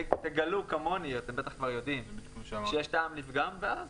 תגלו כמוני, אתם בטח כבר יודעים, שיש פעם לפגם ואז